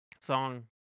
song